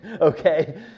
okay